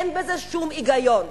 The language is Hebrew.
אין בזה שום היגיון.